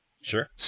Sure